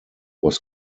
was